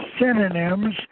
synonyms